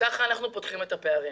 וכך אנחנו פותחים את הפערים.